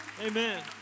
Amen